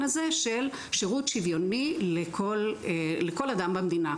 הזה של שירות שוויוני לכל אדם במדינה.